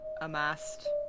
amassed